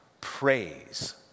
Praise